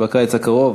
בקיץ הקרוב,